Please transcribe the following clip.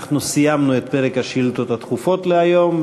אנחנו סיימנו את פרק השאילתות הדחופות להיום.